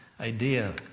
idea